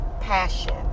passion